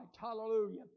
hallelujah